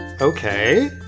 Okay